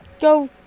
go